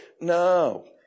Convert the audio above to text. No